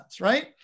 right